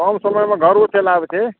कम समयमे घरो चलि आबै छै